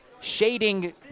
shading